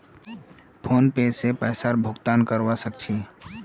PhonePe से पैसार भुगतान करवा सकछी